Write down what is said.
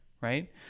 right